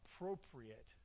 appropriate